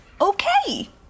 okay